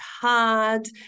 hard